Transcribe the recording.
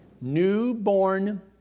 newborn